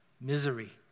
misery